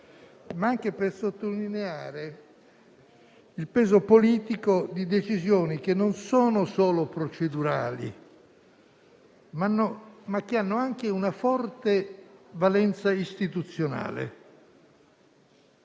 ma anche per sottolineare il peso politico di decisioni che non sono solo procedurali, ma che hanno anche una forte valenza istituzionale.